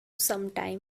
sometime